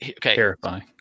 terrifying